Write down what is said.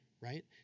right